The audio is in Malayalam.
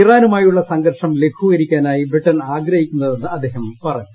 ഇറാനുമായുള്ള സംഘർഷം ലഘൂകരിക്കാനായി ബ്രിട്ടൺ ആഗ്രഹിക്കുന്നതെന്ന് അദ്ദേഹം പറഞ്ഞു